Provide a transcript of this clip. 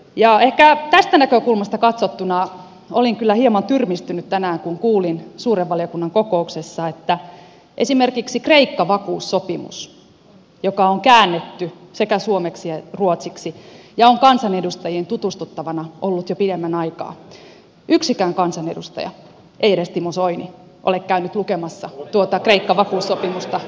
ja ehkä tästä näkökulmasta katsottuna olin kyllä hieman tyrmistynyt tänään kun kuulin suuren valiokunnan kokouksessa että esimerkiksi kreikka vakuussopimusta joka on käännetty sekä suomeksi että ruotsiksi ja on kansanedustajien tutustuttavana ollut jo pidemmän aikaa yksikään kansanedustaja edes timo soini ei ole käynyt lukemassa suomeksi